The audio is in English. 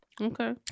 Okay